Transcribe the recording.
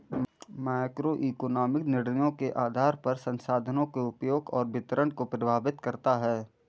microeconomics निर्णयों के आधार पर संसाधनों के उपयोग और वितरण को प्रभावित करता है